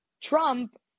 Trump